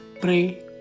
pray